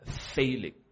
failing